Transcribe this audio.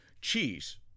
cheese